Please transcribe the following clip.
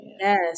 Yes